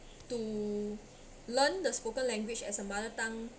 to learn the spoken language as a mother tongue